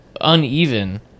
uneven